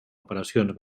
operacions